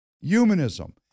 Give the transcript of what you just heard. Humanism